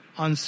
on